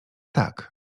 tak